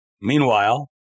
Meanwhile